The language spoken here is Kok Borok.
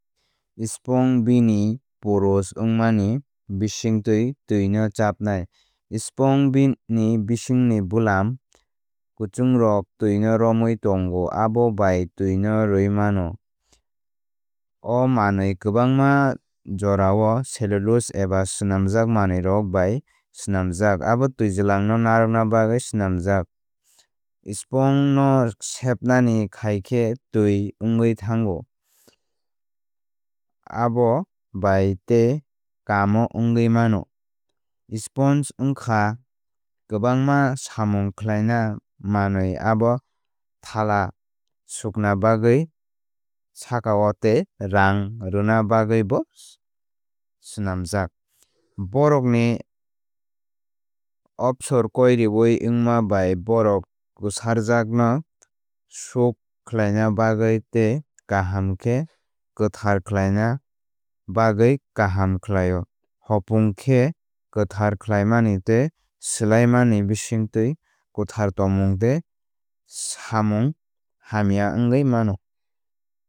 Sponge bini porous wngmani bisingtwi twino chapnai. Sponge ni bisingni bulam kwchwngrok twino romwi tongo abo bai twino rwwi mano. O manwi kwbangma jorao cellulose eba swnamjak manwirok bai swnamjak abo twijlangno narwkna bagwi swnamjak. Sponge no sepnani khai khe twi wngwi thango abo bai tei kamo wngwi mano. Sponge wngkha kwbangma samung khlaina manwi abo thala sukna bagwi sakao tei rang rwna bagwibo swnamjak. Bohrokni absorkoireoui wngma bai bohrok kwsarjak no soak khlaina bagwi tei kaham khe kwthar khlaina bagwi kaham khlaio. Hopung khe kwthar khlaimani tei swlaimani bisingtwi kwthar tongmung tei samung hamya wngwi mano.